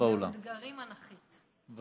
החוק הזה הוא עוד ישראבלוף שמגיע